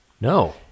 No